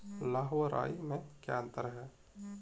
लाह व राई में क्या अंतर है?